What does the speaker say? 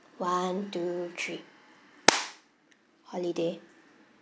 one two three holiday